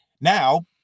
Now